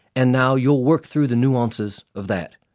and now you'll work through the nuances of that.